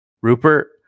Rupert